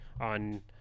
on